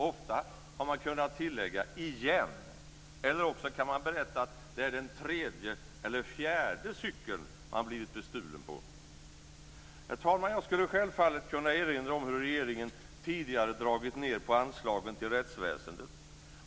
Ofta har de kunnat tillägga: igen, eller också kan de berätta att det är den tredje eller fjärde cykeln som de blivit bestulna på. Herr talman! Jag skulle självfallet kunna erinra om hur regeringen tidigare dragit ned på anslagen till rättsväsendet.